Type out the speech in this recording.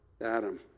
Adam